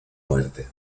muerte